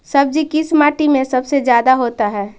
सब्जी किस माटी में सबसे ज्यादा होता है?